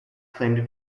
claimed